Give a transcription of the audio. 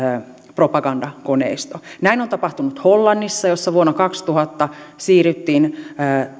propagandakoneisto näin on tapahtunut hollannissa missä vuonna kaksituhatta siirryttiin